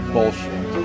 Bullshit